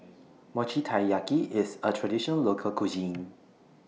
Mochi Taiyaki IS A Traditional Local Cuisine